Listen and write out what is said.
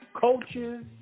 coaches